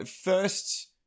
first